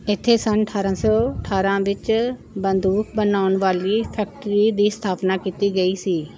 ਇੱਥੇ ਸੰਨ ਅਠਾਰਾਂ ਸੌ ਅਠਾਰਾਂ ਵਿੱਚ ਬੰਦੂਕ ਬਣਾਉਣ ਵਾਲੀ ਫੈਕਟਰੀ ਦੀ ਸਥਾਪਨਾ ਕੀਤੀ ਗਈ ਸੀ